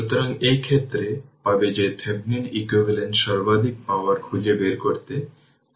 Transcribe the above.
সুতরাং এটি একটি পুরু লাইন এবং এটি হল i 3 এবং এটা u t i 3 বার